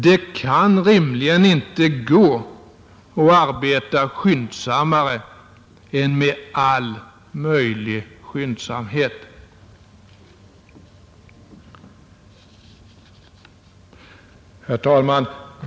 Det kan rimligen inte gå att arbeta skyndsammare än med all möjlig skyndsamhet. Herr talman!